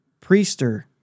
Priester